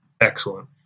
Excellent